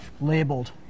labeled